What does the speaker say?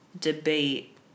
debate